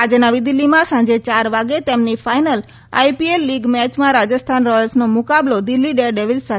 આજે નવી દિલ્હીમાં સાંજે ચાર વાગે તેમની ફાઈનલ આઈપીએ લીગ મેચમાં રાજસ્થાન રોયલ્સનો મુકાબલો દિલ્હી ડેરડેવિલ્સ સાથે થશે